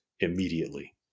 immediately